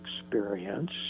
experience